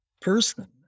person